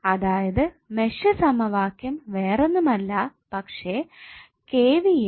അതായത് മെഷ് സമവാക്യം വേറൊന്നുമല്ല പക്ഷെ KVL